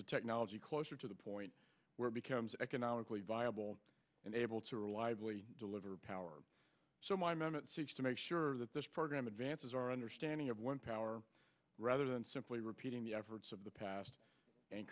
the technology closer to the point where becomes economically viable and able to rely we deliver power so my moment to make sure that this program advances our understanding of one power rather than simply repeating the efforts of the past and